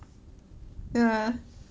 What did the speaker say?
ya